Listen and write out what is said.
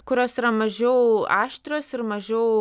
kurios yra mažiau aštrios ir mažiau